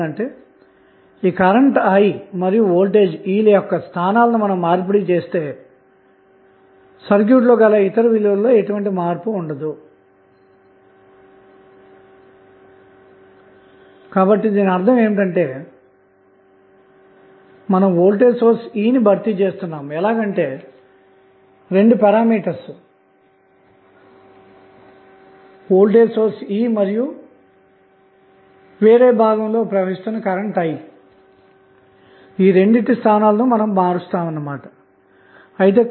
అంతేకాకుండా లోడ్ విలువ ను గనక మనం సున్నా నుంచి ఇన్ఫినిటీ వరకు అలా పెంచుకొంటూ వెళితే లోడ్ ద్వారా గ్రహించబడే పవర్ కూడా ఆలా పెరుగుతూ వెళ్లి ఒక పాయింట్ వద్ద గరిష్టంగా ఉంటుంది ఆ నిర్దిష్టమైన పరిస్థితి అన్నది లోడ్ రెసిస్టెన్స్ RLయొక్క విలువ థెవెనిన్ రెసిస్టెన్స్ కు సమానమైనప్పుడుమాత్రమే ఉత్పన్నమవుతుంది